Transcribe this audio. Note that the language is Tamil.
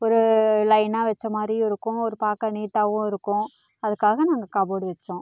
ஒரு லைனாக வச்ச மாதிரியும் இருக்கும் ஒரு பார்க்க நீட்டாகவும் இருக்கும் அதுக்காக நாங்கள் கபோர்டு வச்சோம்